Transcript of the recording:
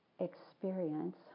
experience